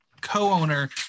co-owner